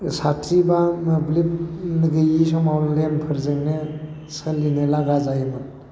साथि बा मोब्लिब गैयि समाव लेमफोरजोंनो सोलिनो लागा जायोमोन